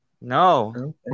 No